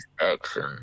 action